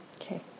Okay